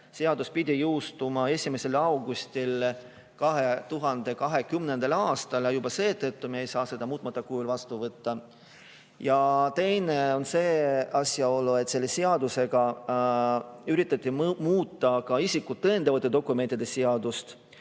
Seadus pidi jõustuma 1. augustil 2020. aastal ja juba seetõttu me ei saa seda muutmata kujul vastu võtta. Ja teine on asjaolu, et selle seadusega üritati muuta isikut tõendavate dokumentide seadust.